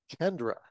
Kendra